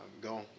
go